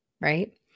right